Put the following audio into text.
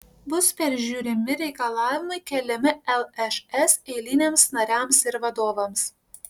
bus peržiūrimi reikalavimai keliami lšs eiliniams nariams ir vadovams